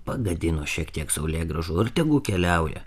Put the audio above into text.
pagadino šiek tiek saulėgrąžų ir tegu keliauja